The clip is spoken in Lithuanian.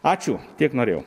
ačiū tiek norėjau